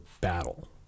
battle